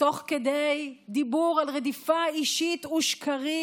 תוך כדי דיבור על רדיפה אישית ושקרים,